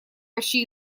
почти